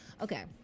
okay